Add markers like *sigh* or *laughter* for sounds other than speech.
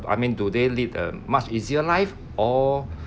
I mean do they lead a much easier life or *breath*